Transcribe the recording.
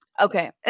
Okay